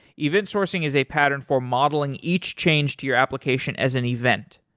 event sourcing is a pattern for modeling each change to your application as an event.